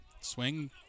Swing